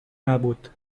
نبود